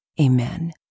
Amen